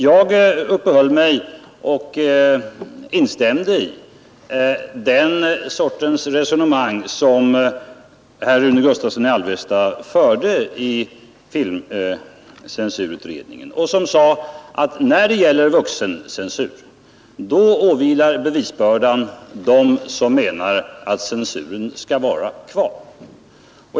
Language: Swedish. Jag instämde bara i den sortens resonemang, som herr Rune Gustavsson i Alvesta förde när han satt i filmcensurutredningen. Och då sade han att när det gäller vuxencensur åvilar bevisbördan dem som menar 53 att censuren skall vara kvar.